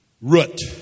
root